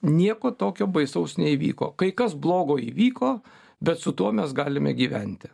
nieko tokio baisaus neįvyko kai kas blogo įvyko bet su tuo mes galime gyventi